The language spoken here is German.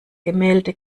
gemälde